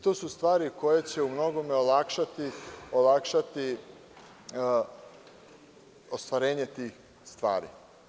To su stvari koje će umnogome olakšati ostvarenje tih stvari.